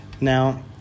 now